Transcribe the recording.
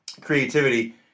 creativity